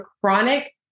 chronic